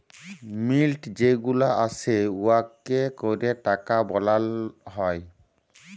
মিল্ট যে গুলা আসে উয়াতে ক্যরে টাকা বালাল হ্যয়